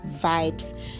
vibes